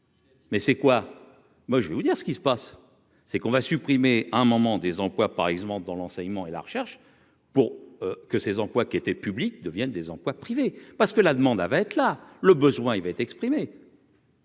Mais c'est quoi, moi je vais vous dire ce qui se passe, c'est qu'on va supprimer un moment des emplois par exemple dans l'enseignement et la recherche pour que ces emplois qui étaient publiques, deviennent des emplois privés parce que la demande avec la le besoin, il va être exprimée.